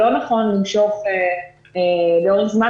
שלא נכון למשוך לאורך זמן,